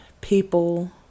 people